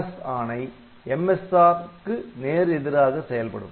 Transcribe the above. MRS ஆணை MSR க்கு நேர் எதிராகச் செயல்படும்